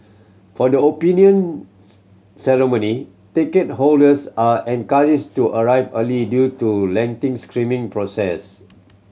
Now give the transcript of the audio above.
for the opinion Ceremony ticket holders are encouraged to arrive early due to lengthy screening process